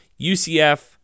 UCF